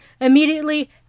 Immediately